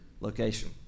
location